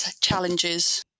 challenges